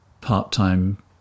part-time